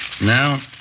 Now